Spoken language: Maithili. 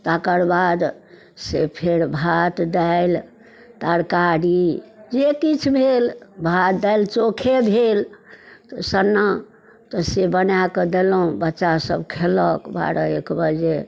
तकर बादसँ फेर भात दालि तरकारी जे किछु भेल भात दालि चोखे भेल तऽ सन्ना तऽ से बनाकऽ देलहुँ बच्चा सब खेलक बारह एक बजे